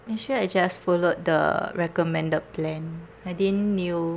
actually I just followed the recommended plan I didn't knew